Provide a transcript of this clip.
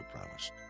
promised